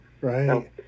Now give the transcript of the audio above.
Right